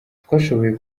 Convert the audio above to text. twashoboye